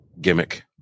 gimmick